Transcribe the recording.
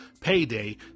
payday